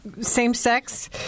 same-sex